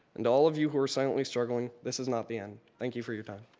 and all of you who are silently struggling, this is not the end. thank you for your time.